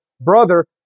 brother